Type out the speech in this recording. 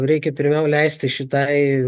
reikia pirmiau leisti šitai